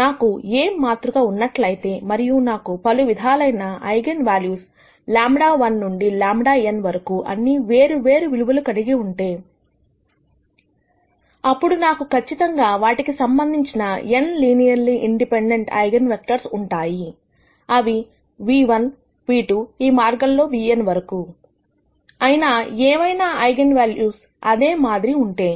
నాకు A మాత్రిక ఉన్నట్లయితే మరియు నాకు పలు విధాలైన ఐగన్ వాల్యూస్ λ₁ నుండి λn వరకు అన్ని వేరు వేరు విలువలు కలిగి ఉంటే అప్పుడు నాకు ఖచ్చితంగా వాటికి సంబంధించిన n linearly independent eigenvectors ఉంటాయి అవి ν₁ ν₂ ఈ మార్గంలో νn వరకు అయినా ఏవైనా ఐగన్ వాల్యూస్ అదే మాదిరి ఉంటే